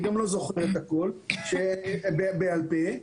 אני גם לא זוכר את הכול בעל פה.